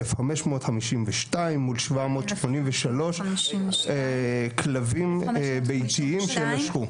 1,552 ממול 783 כלבים ביתיים שנשכו.